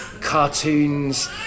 cartoons